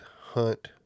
hunt